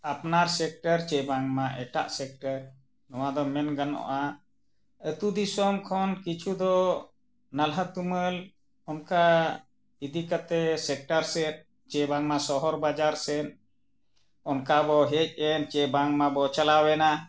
ᱟᱯᱱᱟᱨ ᱥᱮᱠᱴᱟᱨ ᱥᱮ ᱵᱟᱝᱢᱟ ᱮᱴᱟᱜ ᱥᱮᱠᱴᱟᱨ ᱱᱚᱣᱟ ᱫᱚ ᱢᱮᱱ ᱜᱟᱱᱚᱜᱼᱟ ᱟᱛᱳ ᱫᱤᱥᱚᱢ ᱠᱷᱚᱱ ᱠᱤᱪᱷᱩ ᱫᱚ ᱱᱟᱞᱦᱟ ᱛᱩᱢᱟᱹᱞ ᱚᱱᱠᱟ ᱤᱫᱤ ᱠᱟᱛᱮᱫ ᱥᱮᱠᱴᱟᱨ ᱥᱮᱫ ᱥᱮ ᱵᱟᱝᱢᱟ ᱥᱚᱦᱚᱨ ᱵᱟᱡᱟᱨ ᱥᱮᱫ ᱚᱱᱠᱟ ᱵᱚ ᱦᱮᱡ ᱮᱱ ᱥᱮ ᱵᱟᱝᱢᱟ ᱵᱚᱱ ᱪᱟᱞᱟᱣᱮᱱᱟ